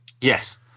Yes